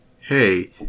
hey